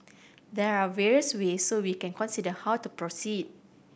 there are various ways so we consider how to proceed